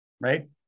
right